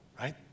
Right